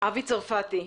אבי צרפתי,